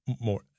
more